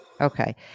Okay